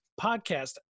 podcast